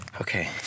Okay